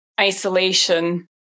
isolation